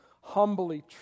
humbly